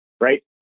right